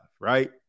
right